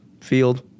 field